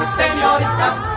señoritas